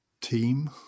team